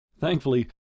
Thankfully